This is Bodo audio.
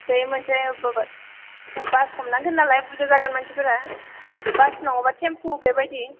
बे मोनसे ब बो बास हमनांगोन नालाय बुरजा जागोन मानसिफोरा बास नङाबा टेमपु बेबायदि